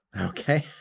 okay